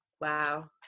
Wow